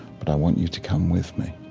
but i want you to come with me.